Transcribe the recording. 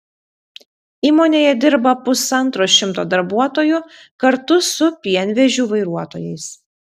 įmonėje dirba pusantro šimto darbuotojų kartu su pienvežių vairuotojais